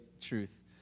truth